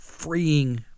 Freeing